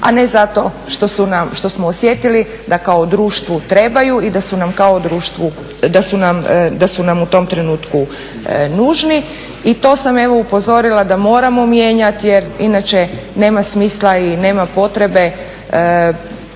a ne zato što smo osjetili da kao društvu trebaju i da su nam kao društvu u tom trenutku nužni. I to sam evo upozorila da moramo mijenjati jer inače nema smisla i nema potrebe